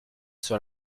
sur